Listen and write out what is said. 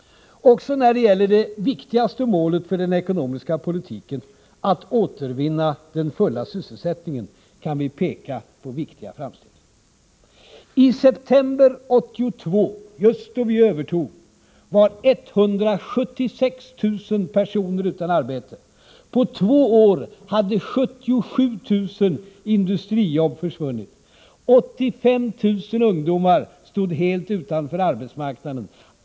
Också när det gäller det viktigaste målet för den ekonomiska politiken — att återvinna den fulla sysselsättningen — kan vi peka på viktiga framsteg. I september 1982 — just då vi övertog ansvaret — var 176 000 personer utan arbete. På två år hade 77 000 industrijobb försvunnit. 85 000 ungdomar stod helt utanför arbetsmarknaden.